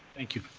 thank you.